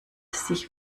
sich